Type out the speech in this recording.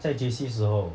在 J_C 时候